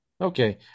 Okay